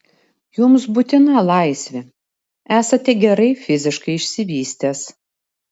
jums būtina laisvė esate gerai fiziškai išsivystęs